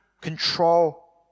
control